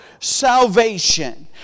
salvation